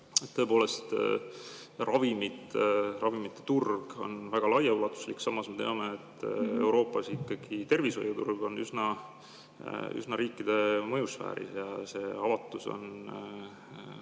tõepoolest ravimite turg on väga laiaulatuslik. Samas me teame, et Euroopas ikkagi tervishoiuturg on üsna riikide mõjusfääris ja selle avatus on